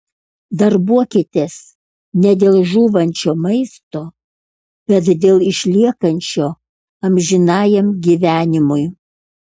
darbuokitės ne dėl žūvančio maisto bet dėl išliekančio amžinajam gyvenimui